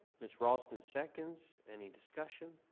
miss raulston seconds, any discussion,